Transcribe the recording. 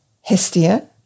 Hestia